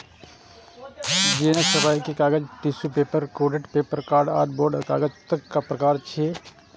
जेना छपाइ के कागज, tissue paper, coated paper, card board आदि कागजक प्रकार छियै